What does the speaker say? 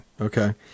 okay